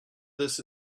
this